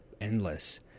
endless